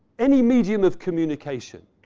any medium of communication